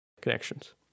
connections